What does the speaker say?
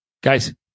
Guys